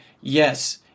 yes